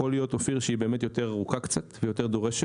יכול להיות אופיר שהיא באמת יותר ארוכה קצת ויותר דורשת,